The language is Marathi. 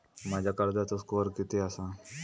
माझ्या कर्जाचो स्कोअर किती आसा?